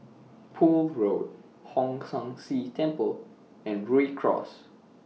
Poole Road Hong San See Temple and Rhu Cross